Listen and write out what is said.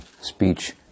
speech